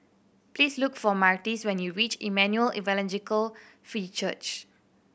please look for Myrtis when you reach Emmanuel Evangelical Free Church